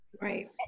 Right